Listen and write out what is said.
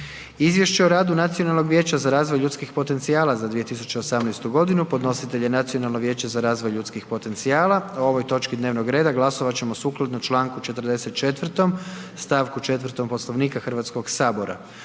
Izvješće o radu nacionalnog vijeća za razvoj ljudskih potencijala za 2018., podnositelj je Nacionalno vijeće za razvoj ljudskih potencijala. O ovoj točki dnevnog reda glasovat ćemo sukladno Članku 44. stavku 4. Poslovnika Hrvatskog sabora.